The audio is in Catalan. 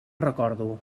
recordo